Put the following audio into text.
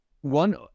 one